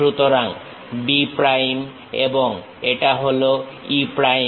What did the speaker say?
সুতরাং B prime এবং এটা হল E প্রাইম